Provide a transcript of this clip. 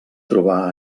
trobar